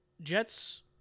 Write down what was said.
Jets